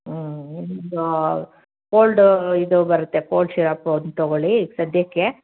ಹ್ಞೂ ಒಂದು ಕೋಲ್ಡ್ ಇದು ಬರುತ್ತೆ ಕೋಲ್ಡ್ ಶಿರಪ್ಪೊಂದು ತಗೊಳ್ಳಿ ಈಗ ಸದ್ಯಕ್ಕೆ